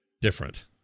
different